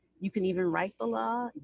you can even write the law,